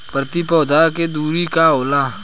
प्रति पौधे के दूरी का होला?